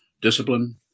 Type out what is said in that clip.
discipline